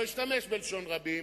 לא אשתמש בלשון רבים.